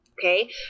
Okay